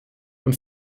und